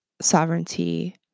sovereignty